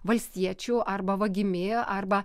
valstiečiu arba vagimi arba